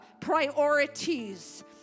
priorities